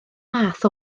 math